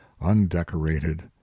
undecorated